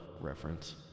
reference